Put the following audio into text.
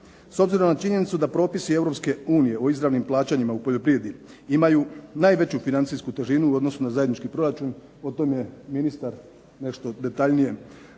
S obzirom na činjenicu da propisi Europske unije o izravnim plaćanjima u poljoprivredi imaju najveću financijsku težinu u odnosu na zajednički proračun, o tom je ministar nešto detaljnije govorio,